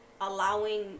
Allowing